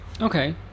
Okay